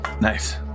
Nice